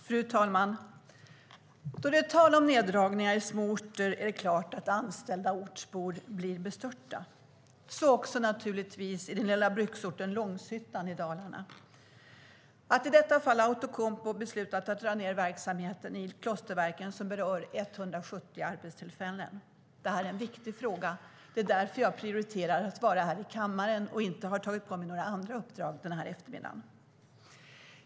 Fru talman! När det är tal om neddragningar i små orter är det klart att anställda ortsbor blir bestörta, så också naturligtvis i den lilla bruksorten Långshyttan i Dalarna. Att i detta fall Outokumpu beslutat att dra ned verksamheten i Klosterverken, som berör 170 arbetstillfällen, är en viktig fråga. Det är därför jag prioriterar att vara här i kammaren och inte har tagit på mig några andra uppdrag den här eftermiddagen.